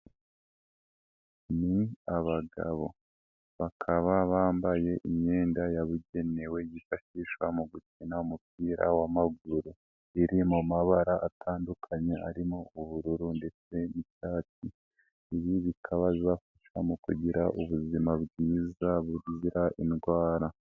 Ni abagabo bakaba bambaye imyenda yabugenewe yifashishwa mu gukina umupira w'amaguru, iri mu mabara atandukanye arimo ubururu ndetse n'ishati. Ibi bikaba bizafasha mu kugira ubuzima bwiza buzira indwara.